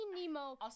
Nemo